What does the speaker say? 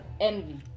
envy